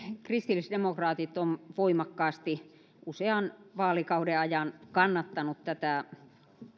kristillisdemokraatit ovat voimakkaasti usean vaalikauden ajan kannattaneet tätä